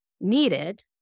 needed